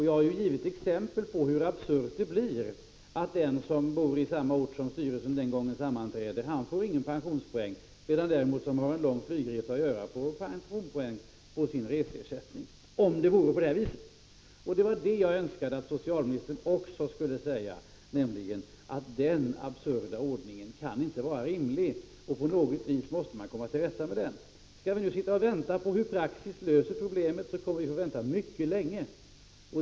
Jag har ju givit exempel på hur absurt det blir. Den som bor i samma ort där styrelsen vid ett visst tillfälle sammanträder får ingen pensionspoäng, medan däremot den som har en lång flygresa dit får pensionspoäng på sin resersättning — om det vore på det viset. Det var just detta jag önskade att socialministern skulle säga, nämligen att denna absurda ordning inte kan vara rimlig och att man på något vis måste komma till rätta med saken. Skall vi nu sitta och vänta på att praxis löser problemet, tror jag vi får vänta mycket länge.